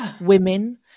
women